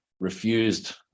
refused